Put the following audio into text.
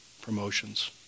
promotions